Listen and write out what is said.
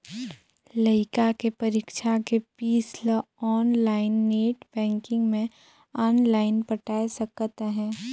लइका के परीक्षा के पीस ल आनलाइन नेट बेंकिग मे आनलाइन पटाय सकत अहें